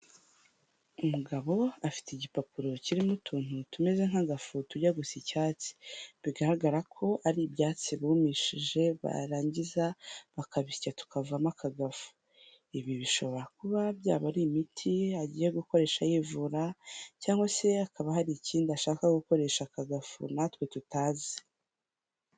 Umugabo afite igipapuro kirimo utuntu tumeze nk'agafuto tujya gusa icyatsi, bigaragara ko ari ibyatsi bumishije barangiza bakabis tukavamo akagafu, ibi bishobora kuba byaba ari imiti agiye gukoresha yivura cyangwa se akaba hari ikindi ashaka gukoresha aka gafu na twe tutazi.